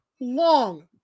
long